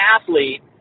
athlete